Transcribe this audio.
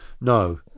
No